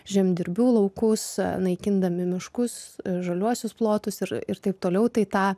žemdirbių laukus naikindami miškus žaliuosius plotus ir ir taip toliau tai tą